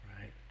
Right